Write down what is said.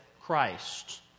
Christ